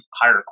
higher